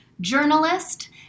journalist